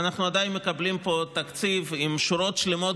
ואנחנו עדיין מקבלים פה תקציב עם שורות שלמות